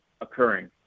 occurring